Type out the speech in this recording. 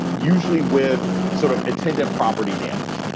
usually with sort of attendant property damage.